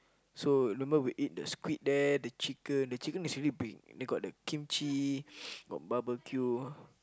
so remember we eat the squid there the chicken the chicken is really big got the kimchi got barbeque